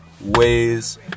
ways